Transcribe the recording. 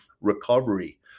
recovery